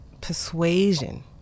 persuasion